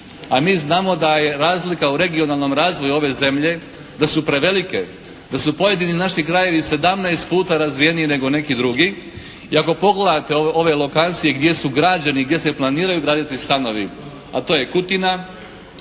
a mi znamo da je razlika u regionalnom razvoju ove zemlje da su prevelike, da su pojedini naši krajevi sedamnaest puta razvijeniji nego neki drugi i ako pogledate ove lokacije gdje su građeni, gdje se planiraju graditi stanovi a to je Kutina,